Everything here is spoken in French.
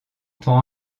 ton